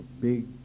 big